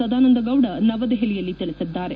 ಸದಾನಂದ ಗೌಡ ನವದೆಪಲಿಯಲ್ಲಿ ತಿಳಿಸಿದ್ದಾರೆ